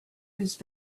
whose